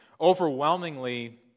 overwhelmingly